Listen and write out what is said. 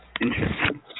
Interesting